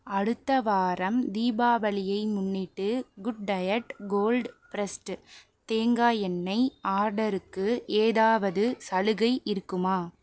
அடுத்த வாரம் தீபாவளியை முன்னிட்டு குட்டையட் கோல்ட் பிரஸ்ட்டு தேங்காய் எண்ணெய் ஆர்டருக்கு ஏதாவது சலுகை இருக்குமா